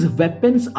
weapons